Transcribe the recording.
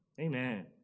Amen